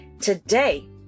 today